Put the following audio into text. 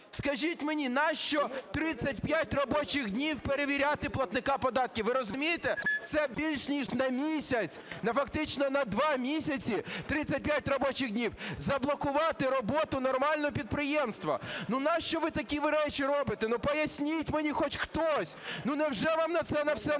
Скажіть мені, нащо 35 робочих днів перевіряти платника податків? Ви розумієте, це більш ніж на місяць, фактично на два місяці – 35 робочих днів, заблокувати роботу нормальну підприємства. Ну нащо такі ви речі робите? Ну поясніть мені хоч хтось! Ну невже вам на це на все наплювати?!